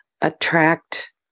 attract